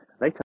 later